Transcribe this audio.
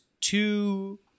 two